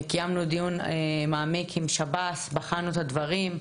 קיימנו דיון מעמיק עם שב"ס ובחנו את הדברים.